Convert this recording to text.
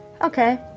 Okay